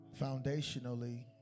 Foundationally